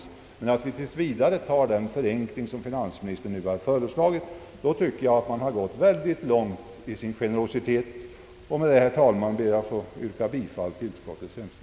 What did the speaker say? I avvaktan därpå tillstyrker utskottet den förenkling som finansministern föreslagit, och då tycker jag att man har gått mycket långt när det gäller att visa generositet. Herr talman! Med detta ber jag att få